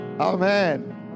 amen